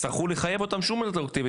אז יצטרכו לחייב אותם שוב רטרואקטיבית,